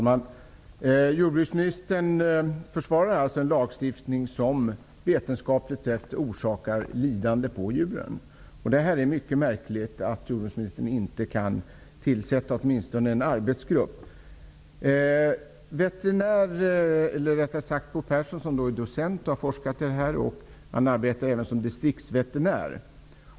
Fru talman! Jordbruksministern försvarar således en lagstiftning som vetenskapligt sett orsakar djur lidande. Det är mycket märkligt att jordbruksministern inte kan tillsätta åtminstone en arbetsgrupp. Bo Pehrson är docent och har forskat på det här området. Han arbetar även som distriktsveterinär.